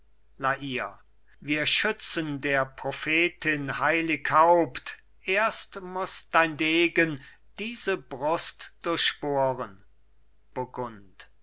wir schützen der prophetin heilig haupt erst muß dein degen diese brust durchbohren